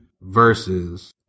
versus